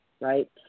right